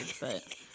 but-